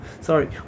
sorry